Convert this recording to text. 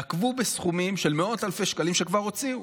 הם נקבו בסכומים של מאות אלפי שקלים, שכבר הוציאו,